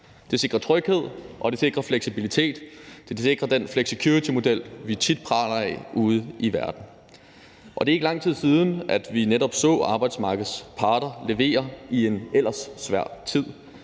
Det sikrer tryghed, og det sikrer fleksibilitet; det sikrer den flexicuritymodel, vi tit praler af ude i verden. Og det er ikke lang tid siden, at vi netop så arbejdsmarkedets parter levere i en ellers svær tid.